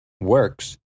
works